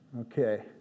Okay